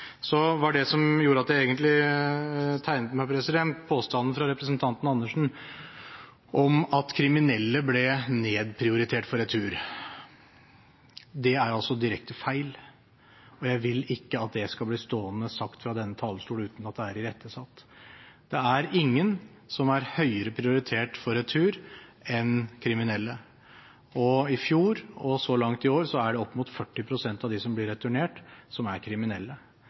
Det som egentlig gjorde at jeg tegnet meg, var påstanden fra representanten Karin Andersen om at kriminelle ble nedprioritert for retur. Det er direkte feil, og jeg vil ikke at det skal bli stående sagt fra denne talerstol uten at det er irettesatt. Det er ingen som er høyere prioritert for retur enn kriminelle. I fjor og så langt i år er opp mot 40 pst. av de som blir returnert, kriminelle. Jeg synes det er